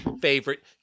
favorite